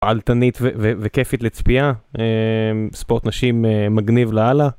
אלטנית וכיפית לצפייה, ספורט נשים מגניב לאלאה.